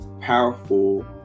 powerful